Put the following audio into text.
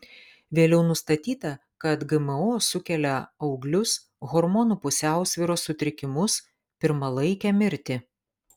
vėliau nustatyta kad gmo sukelia auglius hormonų pusiausvyros sutrikimus pirmalaikę mirtį